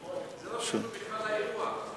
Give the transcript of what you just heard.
זה לא קשור בכלל לאירוע.